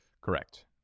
Correct